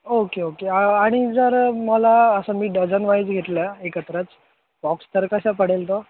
okay okay आणि जर मला असं मी डझन वाईज घेतल्या एकत्रच बॉक्स तर कसा पडेल तो